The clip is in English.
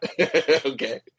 Okay